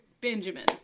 Benjamin